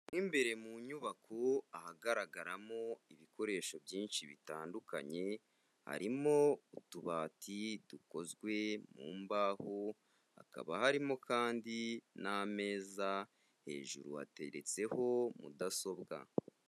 Mo imbere mu nyubako ahagaragaramo ibikoresho byinshi bitandukanye, harimo utubati dukozwe mu mbaho, hakaba harimo kandi n'ameza, hejuru hateretseho mudasobwa.